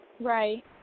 Right